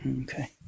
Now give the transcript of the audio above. Okay